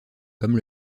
comme